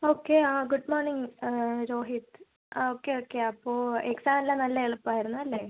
okay ആ good morning Rohit okay okay അപ്പോൾ exam എല്ലാം നല്ല എളുപ്പം ആയിരുന്നു അല്ലേ